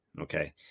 Okay